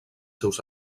seus